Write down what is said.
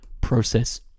process